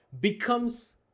becomes